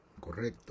Correcto